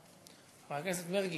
מה את מציעה אבל?